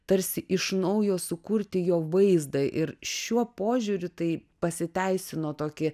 tarsi iš naujo sukurti jo vaizdą ir šiuo požiūriu tai pasiteisino tokį